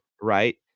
Right